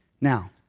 Now